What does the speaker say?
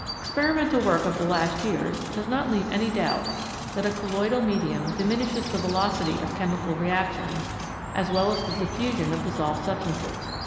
ex perimental work of the last years does not leave any doubt that a colloidal medium diminishes the velocity of chemical reactions as well as the diffu sion of dissolved substances.